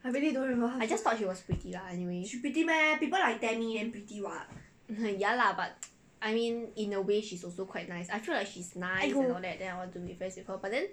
I just thought she was pretty lah anyway ya lah but I mean in a way she's also quite nice I feel like she's nice and all that then I want to be friends with her but then